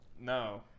No